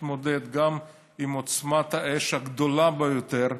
שמתמודד גם עם עוצמת האש הגדולה ביותר,